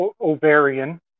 ovarian